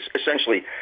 Essentially